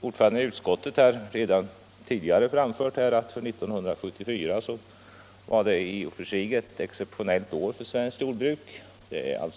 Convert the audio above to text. Ordföranden i jordbruksutskottet har redan tidigare påpekat att 1974 var ett exceptionellt år för svenskt jordbruk. F.n.